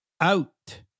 out